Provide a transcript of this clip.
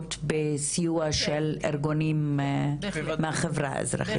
מגובות בסיוע של ארגונים מהחברה האזרחית?